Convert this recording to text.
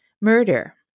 murder